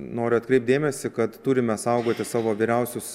noriu atkreipt dėmesį kad turime saugoti savo vyriausius